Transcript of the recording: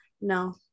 No